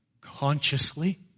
consciously